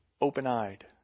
open-eyed